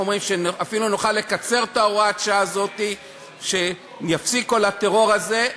אפילו שנוכל לקצר את הוראת השעה הזאת כשייפסק כל הטרור הזה,